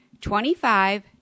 Twenty-five